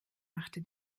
machte